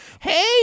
Hey